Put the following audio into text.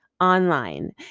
online